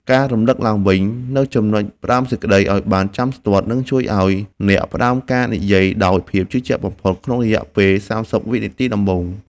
ការរំលឹកឡើងវិញនូវចំណុចផ្ដើមសេចក្ដីឱ្យបានចាំស្ទាត់ នឹងជួយឱ្យអ្នកផ្ដើមការនិយាយដោយភាពជឿជាក់បំផុតក្នុងរយៈពេល ៣០ វិនាទីដំបូង។